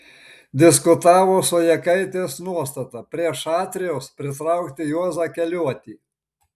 diskutavo su jakaitės nuostata prie šatrijos pritraukti juozą keliuotį